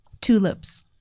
tulips